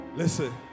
Listen